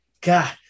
God